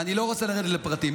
ואני לא רוצה לרדת לפרטים.